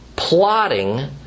Plotting